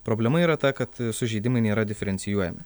problema yra ta kad sužeidimai nėra diferencijuojami